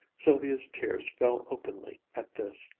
sylvia's tears fell openly at this.